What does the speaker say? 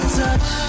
touch